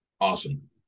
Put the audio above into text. Awesome